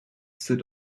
sit